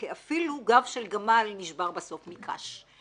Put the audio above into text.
כי אפילו גב של גמל נשבר בסוף מקש.